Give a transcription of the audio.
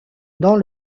dans